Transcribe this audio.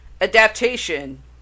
adaptation